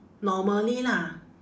normally lah